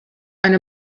eine